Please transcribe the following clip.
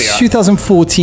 2014